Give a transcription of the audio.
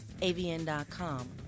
AVN.com